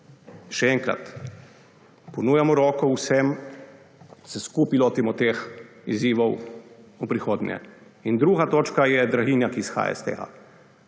Še enkrat ponujamo roko vsem, da se skupaj lotimo teh izzivov v prihodnje. In druga točka je draginja, ki izhaja iz tega.